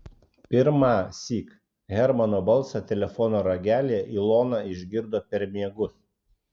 pirmąsyk hermano balsą telefono ragelyje ilona išgirdo per miegus